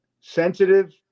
sensitive